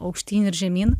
aukštyn ir žemyn